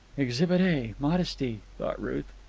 exhibit a. modesty, thought ruth.